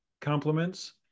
compliments